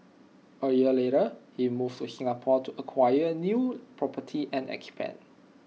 A year later he moved to Singapore to acquire new property and expand